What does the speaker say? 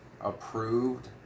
approved